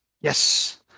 Yes